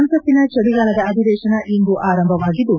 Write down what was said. ಸಂಸತ್ತಿನ ಚಳಿಗಾಲದ ಅಧಿವೇಶನ ಇಂದು ಆರಂಭವಾಗಿದ್ದು